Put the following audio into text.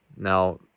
Now